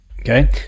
Okay